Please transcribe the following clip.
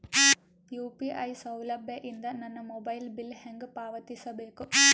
UPI ಸೌಲಭ್ಯ ಇಂದ ನನ್ನ ಮೊಬೈಲ್ ಬಿಲ್ ಹೆಂಗ್ ಪಾವತಿಸ ಬೇಕು?